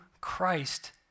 Christ